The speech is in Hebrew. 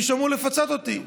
מישהו אמור לפצות אותי.